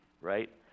right